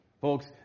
Folks